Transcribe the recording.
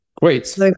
great